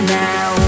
now